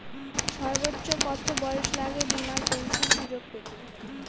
সর্বোচ্চ কত বয়স লাগে বীমার পেনশন সুযোগ পেতে?